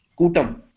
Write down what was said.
Kutam